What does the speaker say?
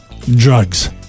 Drugs